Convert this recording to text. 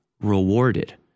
rewarded